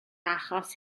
achos